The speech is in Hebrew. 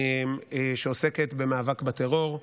שעוסקת במאבק בטרור,